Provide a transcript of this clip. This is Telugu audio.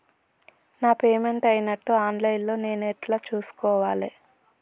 నా పేమెంట్ అయినట్టు ఆన్ లైన్ లా నేను ఎట్ల చూస్కోవాలే?